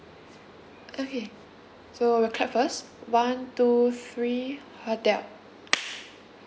okay so we'll clap first one two three hotel